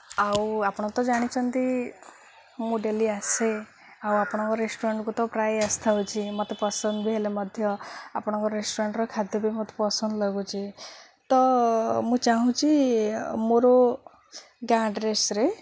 ଆଉ ଆପଣ ତ ଜାଣିଛନ୍ତି ମୁଁ ଡେଲି ଆସେ ଆଉ ଆପଣଙ୍କ ରେଷ୍ଟୁରାଣ୍ଟ୍କୁ ତ ପ୍ରାୟ ଆସିଥାଉଛି ମୋତେ ପସନ୍ଦ ବି ହେଲେ ମଧ୍ୟ ଆପଣଙ୍କ ରେଷ୍ଟୁରାଣ୍ଟ୍ର ଖାଦ୍ୟ ବି ମୋତେ ପସନ୍ଦ ଲାଗୁଛି ତ ମୁଁ ଚାହୁଁଛି ମୋର ଗାଁ ଆଡ୍ରେସ୍ରେ